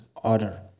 order